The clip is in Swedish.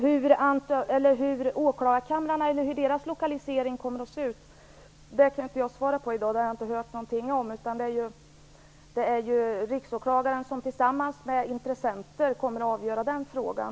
Hur lokaliseringen av åklagarkamrarna kommer att se ut kan jag i dag inte ge något svar om. Jag har inte hört något om det. Riksåklagaren tillsammans med intressenter kommer att avgöra den frågan.